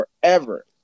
forever